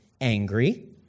angry